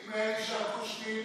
אם היה נשאר קושניר,